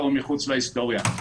זאת שאלה שצריכה להישאל כאן.